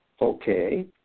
Okay